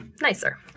nicer